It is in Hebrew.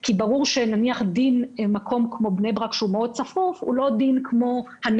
כי ברור שדין בני ברק הצפופה הוא לא כדין הנגב,